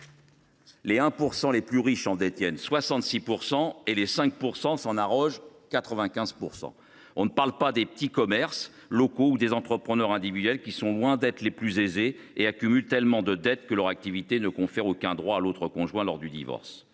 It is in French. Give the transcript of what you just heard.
les plus riches en détiennent 66 %, quand les 5 % les plus riches s’en arrogent 95 %. Il ne s’agit pas là de petits commerces locaux ou d’entrepreneurs individuels, qui sont loin d’être les plus aisés et accumulent tellement de dettes que leurs activités ne confèrent aucun droit à l’autre conjoint lors d’un divorce.